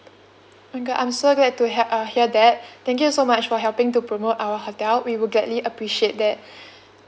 okay I'm so glad to have uh hear that thank you so much for helping to promote our hotel we would greatly appreciate that